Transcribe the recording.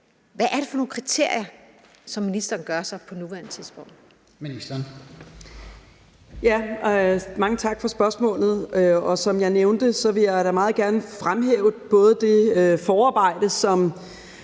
hvad det er for nogle tanker, ministeren gør sig på nuværende tidspunkt.